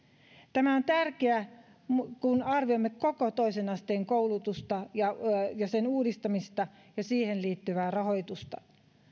tämä on tärkeää kun arvioimme koko toisen asteen koulutusta sen uudistamista ja siihen liittyvää rahoitusta